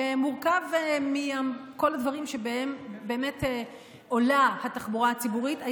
שמורכב מכל הדברים שמהם עולה התחבורה הציבורית.